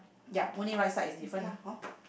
ya only right side is different ah hor